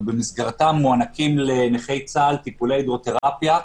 ובמסגרתם מוענקים לנכי צה"ל טיפולי הידרותרפיה,